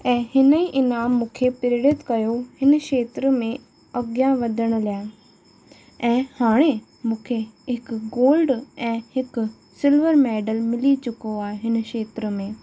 ऐं हिन ई इनाम मूंखे प्रेरित कयो हिन क्षेत्र में अॻियां वधण लाइ ऐं हाणे मूंखे हिकु गोल्ड ऐं हिकु सिंगल मैडल मिली चुको आहे हिन क्षेत्र में